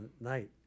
night